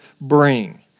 bring